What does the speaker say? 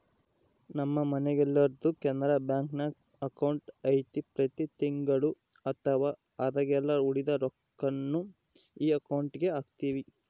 ನಮ್ಮ ಮನೆಗೆಲ್ಲರ್ದು ಕೆನರಾ ಬ್ಯಾಂಕ್ನಾಗ ಅಕೌಂಟು ಐತೆ ಪ್ರತಿ ತಿಂಗಳು ಅಥವಾ ಆದಾಗೆಲ್ಲ ಉಳಿದ ರೊಕ್ವನ್ನ ಈ ಅಕೌಂಟುಗೆಹಾಕ್ತಿವಿ